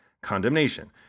Condemnation